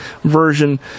version